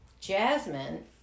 Jasmine